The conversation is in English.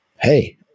hey